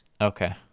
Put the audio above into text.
Okay